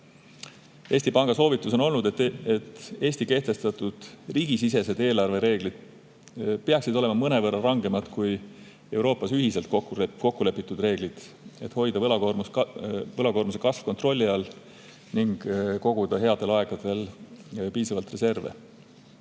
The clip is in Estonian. Eesti Panga soovitus on olnud, et Eesti kehtestatud riigisisesed eelarvereeglid peaksid olema mõnevõrra rangemad kui Euroopas ühiselt kokkulepitud reeglid, et hoida võlakoormuse kasv kontrolli all ning koguda headel aegadel piisavalt reserve.